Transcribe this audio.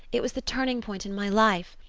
it was the turning point in my life.